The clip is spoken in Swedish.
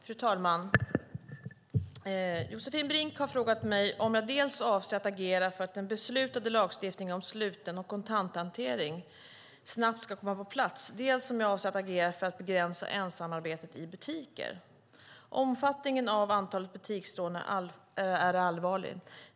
Fru talman! Josefin Brink har frågat mig dels om jag avser att agera för att den beslutade lagstiftningen om slutna kontanthanteringssystem snabbt ska komma på plats, dels om jag avser att agera för att begränsa ensamarbetet i butiker. Omfattningen av antalet butiksrån är allvarlig.